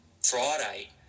Friday